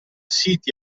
siti